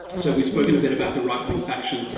so we've spoken a bit about the right wing faction.